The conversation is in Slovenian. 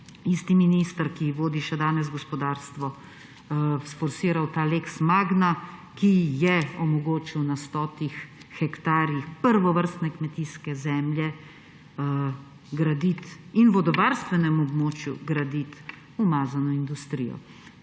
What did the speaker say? isti minister, ki vodi še danes gospodarstvo, sforsiral ta lex Magna, ki je omogočil na stotih hektarjih prvovrstne kmetijske zemlje in na vodovarstvenem območju graditi umazano industrijo.